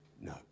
no